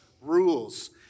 rules